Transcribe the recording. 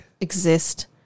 exist